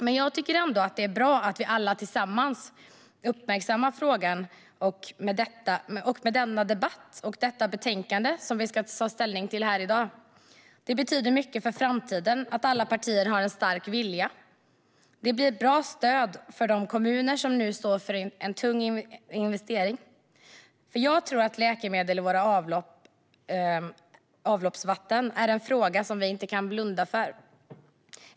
Men jag tycker ändå att det är bra att vi alla tillsammans uppmärksammar frågan med denna debatt och med detta betänkande som vi snart ska ta ställning till. Det betyder mycket för framtiden att alla partier har en stark vilja. Det blir ett bra stöd för de kommuner som nu står inför en tung investering. Jag tror nämligen att läkemedel i våra avloppsvatten är en fråga som vi inte kan blunda för.